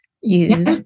use